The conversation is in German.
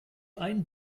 einen